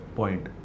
point